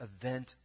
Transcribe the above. event